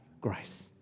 grace